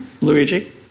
Luigi